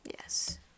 Yes